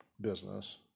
business